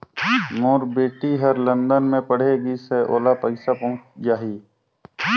मोर बेटी हर लंदन मे पढ़े गिस हय, ओला पइसा पहुंच जाहि?